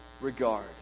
regard